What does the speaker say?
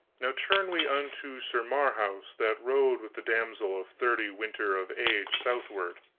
now turn we unto sir marhaus that rode with the damsel of thirty winter of age southward